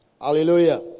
Hallelujah